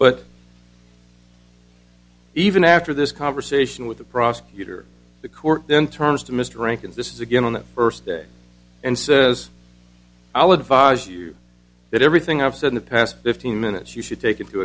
but even after this conversation with the prosecutor the court then turns to mr rankin this is again on the first day and says i'll advise you that everything i've said in the past fifteen minutes you should take into